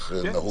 איך נהוג?